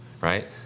right